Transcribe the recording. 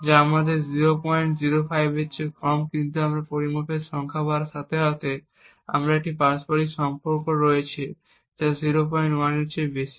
যা 005 এর কম কিন্তু আমরা পরিমাপের সংখ্যা বাড়ার সাথে সাথে আমাদের একটি পারস্পরিক সম্পর্ক রয়েছে যা 01 এর বেশি